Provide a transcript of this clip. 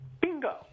Bingo